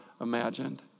imagined